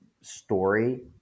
story